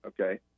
okay